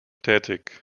tätig